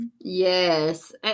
yes